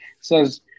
says